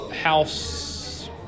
House